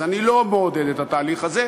אז אני לא מעודד את התהליך הזה,